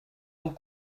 amb